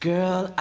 Girl